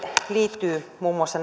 liittyy muun muassa